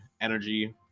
energy